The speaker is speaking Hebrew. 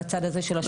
בצד הזה של השולחן,